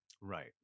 Right